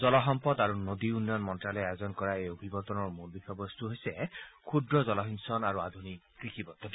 জলসম্পদ আৰু নদী উন্নয়ন মন্ত্যালয়ে আয়োজন কৰা এই অভিৰৰ্তনৰ মূল বিষয় বস্তু হৈছে ক্ষুদ্ৰ জলসিঞ্চন আৰু আধুনিক কৃষি পদ্ধতি